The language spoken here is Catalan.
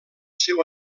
seu